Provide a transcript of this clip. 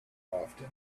often